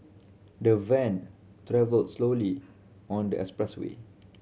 the van travelled slowly on the expressway